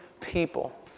people